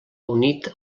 unit